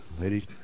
lady